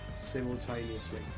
simultaneously